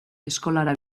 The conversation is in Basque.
eskolara